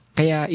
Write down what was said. Kaya